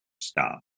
stop